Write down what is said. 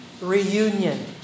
reunion